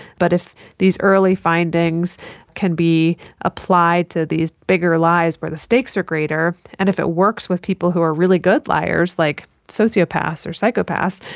but if these early findings can be applied to these bigger lies where the stakes are greater and if it works with people who are really good liars, like sociopath or psychopaths,